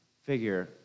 figure